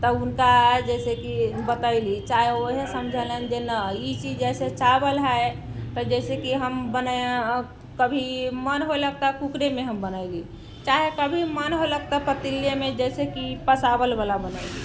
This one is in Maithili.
तऽ उनका जैसे कि बतैली चाहे उहे समझऽलनि जे नहि ई चीज जैसे चावल हय तऽ जैसे कि हम बनै कभी मन होयलक तऽ कूकरेमे हम बनैली चाहे कभी मन होयलक तऽ पतीलेमे जैसे कि पसावलवला बनैली